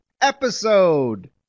episode